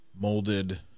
molded